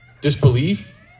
Disbelief